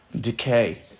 decay